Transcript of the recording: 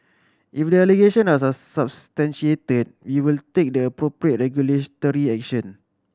if the allegations are substantiated we will take the appropriate regulatory action